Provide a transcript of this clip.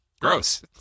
Gross